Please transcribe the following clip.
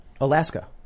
Alaska